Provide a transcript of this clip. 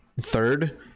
third